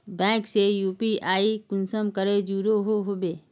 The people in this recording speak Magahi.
बैंक से यु.पी.आई कुंसम करे जुड़ो होबे बो?